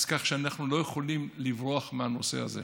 כך שאנחנו לא יכולים לברוח מהנושא הזה.